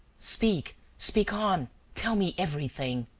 speak, speak on tell me everything.